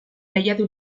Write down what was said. lehiatu